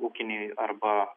ūkiniai arba